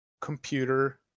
computer